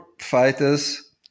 fighters